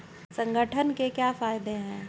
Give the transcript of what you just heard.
संगठन के क्या फायदें हैं?